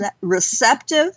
receptive